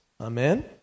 Amen